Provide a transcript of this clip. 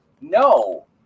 No